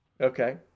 Okay